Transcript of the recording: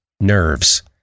nerves